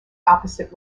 opposite